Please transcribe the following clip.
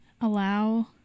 allow